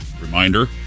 reminder